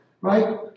Right